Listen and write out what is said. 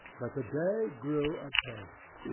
but the day grew apace.